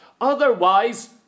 Otherwise